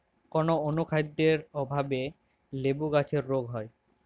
কোন অনুখাদ্যের অভাবে লেবু গাছের রোগ হয়?